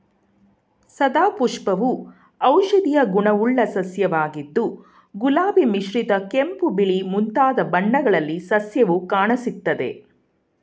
ಸದಾಪುಷ್ಪವು ಔಷಧೀಯ ಗುಣವುಳ್ಳ ಸಸ್ಯವಾಗಿದ್ದು ಗುಲಾಬಿ ಮಿಶ್ರಿತ ಕೆಂಪು ಬಿಳಿ ಮುಂತಾದ ಬಣ್ಣಗಳಲ್ಲಿ ಸಸ್ಯವು ಕಾಣಸಿಗ್ತದೆ